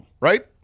right